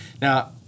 Now